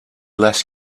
less